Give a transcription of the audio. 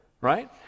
Right